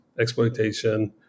exploitation